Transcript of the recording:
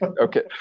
okay